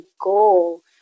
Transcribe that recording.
goal